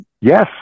Yes